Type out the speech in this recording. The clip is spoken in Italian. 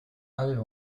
aveva